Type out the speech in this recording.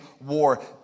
war